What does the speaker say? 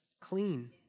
clean